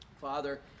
Father